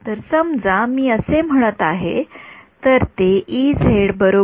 तर समजा मी असे म्हणत आहे तर ते आहे बरोबर